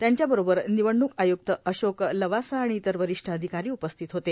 त्यांच्या बरोबर निवडणूक आयुक्त अशोक लवासा आणि इतर वरिष्ठ अधिकारी उपस्थित होते